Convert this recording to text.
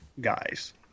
guys